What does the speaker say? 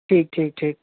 ठीक ठीक ठीक